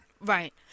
Right